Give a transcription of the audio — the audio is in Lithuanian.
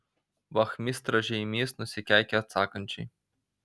vachmistra žeimys nusikeikė atsakančiai